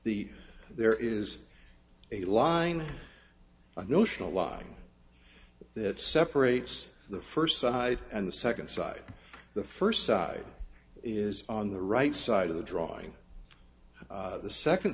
the there is a line notional line that separates the first side and the second side the first side is on the right side of the drawing the second